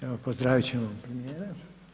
Evo pozdravit ćemo premijera.